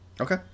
Okay